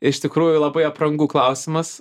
iš tikrųjų labai aprangų klausimas